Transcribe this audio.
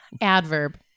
Adverb